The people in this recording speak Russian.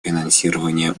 финансирования